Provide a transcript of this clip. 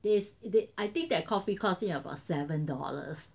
this they I think that coffee cost him about seven dollars